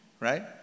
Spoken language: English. right